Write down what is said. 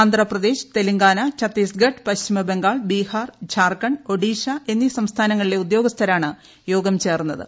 ആന്ധ്രാപ്രദേശ് തെലുങ്കാന ഛത്തീസ്ഖഡ് പശ്ചിമബംഗാൾ ബീഹാർ ജാർഖണ്ഡ് ഒഡീഷ എന്നീ സംസ്ഥാനങ്ങളിലെ ഉദ്യോഗസ്ഥരാണ് യോഗം ചേർന്നത്